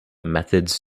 methods